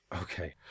okay